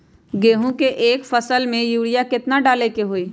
गेंहू के एक फसल में यूरिया केतना डाले के होई?